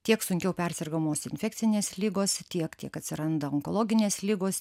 tiek sunkiau persergamos infekcinės ligos tiek tiek atsiranda onkologinės ligos